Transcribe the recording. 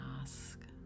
ask